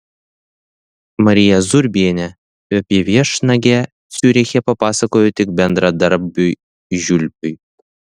marija zurbienė apie viešnagę ciuriche papasakojo tik bendradarbiui žiulpiui